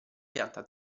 pianta